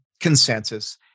consensus